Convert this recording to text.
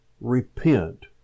repent